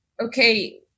okay